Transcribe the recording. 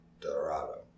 Dorado